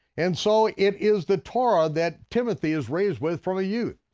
and so it is the torah that timothy is raised with from a youth.